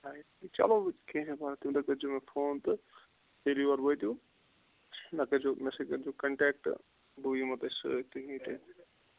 چلو کینٛہہ چھُنہٕ پرواے تمہِ دۄہ کٔرزیٚو مےٚ فون تہٕ ییٚلہِ یور وٲتِو مےٚ کٔرزیٚو مےٚ سۭتۍ کٔرزیٚو کَنٹیٚکٹ بٕے یِمو تۄہہِ سۭتۍ تُہۍ مہٕ ہیٚیِو ٹٮ۪نشَن